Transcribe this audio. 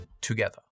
together